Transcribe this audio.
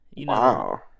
Wow